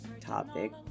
topic